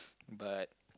but